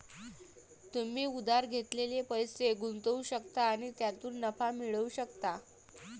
तुम्ही उधार घेतलेले पैसे गुंतवू शकता आणि त्यातून नफा मिळवू शकता